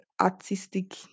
artistic